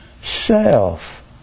self